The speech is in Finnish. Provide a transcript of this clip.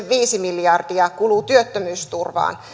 viisi miljardia kuluu työttömyysturvaan